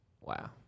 wow